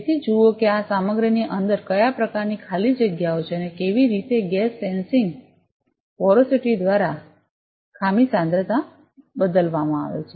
તેથી જુઓ કે આ સામગ્રીની અંદર કયા પ્રકારની ખાલી જગ્યાઓ છે અને કેવી રીતે ગેસ સેન્સિંગ પોરોસિટી દ્વારા અથવા ખામી સાંદ્રતા દ્વારા બદલવામાં આવે છે